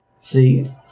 See